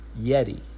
Yeti